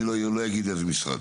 אני לא אגיד איזה משרד.